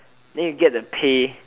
then you get the pay